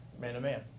man-to-man